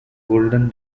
golden